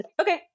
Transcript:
Okay